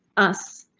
us,